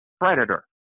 predator